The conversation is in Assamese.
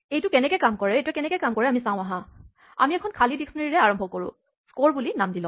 এইটোৱে কেনেকে কাম কৰে আমি চাওঁ আহা আমি এখন খালী ডিস্কনেৰীঅভিধানৰে আৰম্ভ কৰো স্ক'ৰ বুলি নাম দি লওঁ